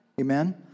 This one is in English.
Amen